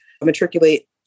matriculate